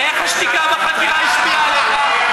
ואיך השתיקה בחקירה השפיעה עליך?